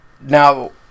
now